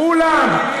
כולם,